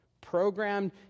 programmed